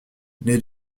les